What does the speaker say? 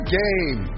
game